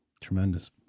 Tremendous